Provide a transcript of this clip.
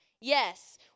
Yes